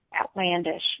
outlandish